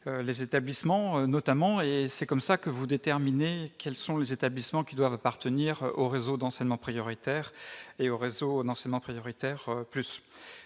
les établissements notamment, et c'est comme ça que vous déterminer quels sont les établissements qui doivent appartenir au réseau d'enseignement prioritaire et au réseau d'enseignement prioritaire plus